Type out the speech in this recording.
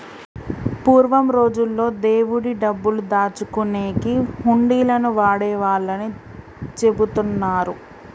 పూర్వం రోజుల్లో దేవుడి డబ్బులు దాచుకునేకి హుండీలను వాడేవాళ్ళని చెబుతున్నరు